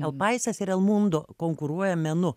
ep paisas ir el mundo konkuruoja menu